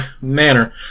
manner